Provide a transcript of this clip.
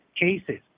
cases